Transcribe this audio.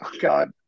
God